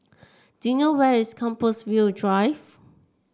do you know where is Compassvale Drive